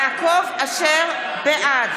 יעקב אשר, בעד